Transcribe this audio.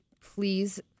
please